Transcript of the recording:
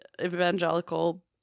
evangelical